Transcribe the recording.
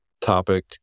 topic